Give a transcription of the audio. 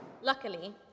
Luckily